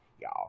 y'all